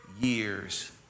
years